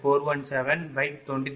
41723